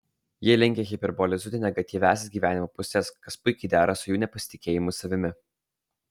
jie linkę hiperbolizuoti negatyviąsias gyvenimo puses kas puikiai dera su jų nepasitikėjimu savimi